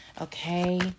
okay